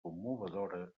commovedora